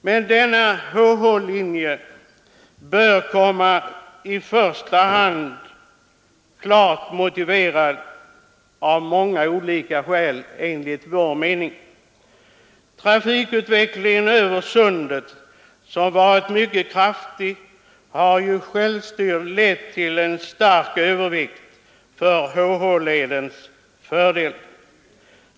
Men denna HH-linje bör kom ma i första hand; det är enligt vår mening klart motiverat. Trafikutvecklingen över sundet, som har varit mycket kraftig, har ju självstyrd lett till en stark övervikt till HH-ledens fördel.